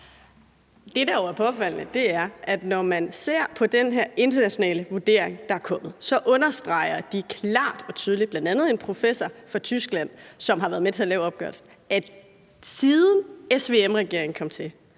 Det, der jo er påfaldende, er, at når man ser på den her internationale vurdering, der er kommet, understreges det klart og tydeligt i den, og det er bl.a. en professor fra Tyskland, som har været med til at lave opgørelsen, at siden SVM-regeringen kom til,